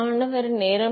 மாணவர் மன்னிக்கவும்